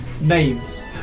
names